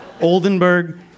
Oldenburg